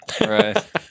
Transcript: Right